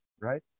right